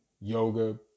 yoga